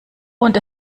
und